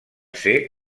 ser